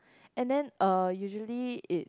and then uh usually it